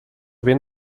ben